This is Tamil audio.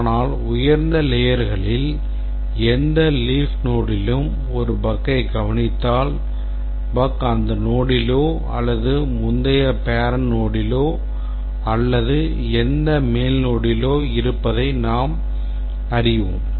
ஆனால் உயர்ந்த ayerகளில் எந்த leaf nodeலும் ஒரு bugயைக் கவனித்தால் bug அந்த nodeலோ அல்லது முந்தைய parent nodeலோ அல்லது எந்த மேல் nodeலோ இருப்பதை நாம் அறிவோம்